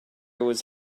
was